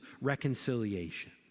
reconciliation